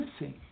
missing